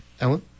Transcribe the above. Ellen